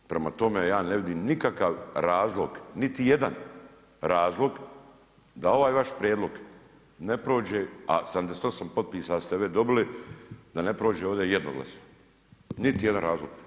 Prema tome, ja ne vidim nikakav razlog, niti jedan razlog da ovaj vaš prijedlog ne prođe, a 78 potpisa ste već dobili, da ne prođe ovdje jednoglasno, niti jedan razlog.